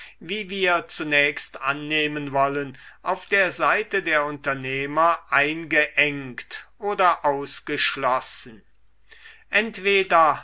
wie wir zunächst annehmen wollen auf der seite der unternehmer eingeengt oder ausgeschlossen entweder